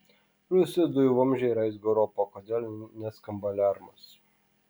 rusijos dujų vamzdžiai raizgo europą kodėl neskamba aliarmas